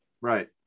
Right